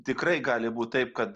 tikrai gali būt taip kad